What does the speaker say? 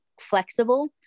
flexible